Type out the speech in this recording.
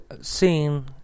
seen